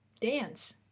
dance